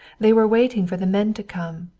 they were waiting for the men to come,